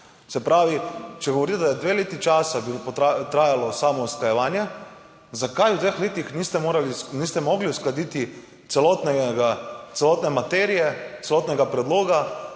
se pravi, če govorite, da je dve leti časa bi trajalo samo usklajevanje, zakaj v dveh letih niste mogli uskladiti celotnega, celotne materije, celotnega predloga